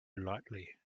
lightly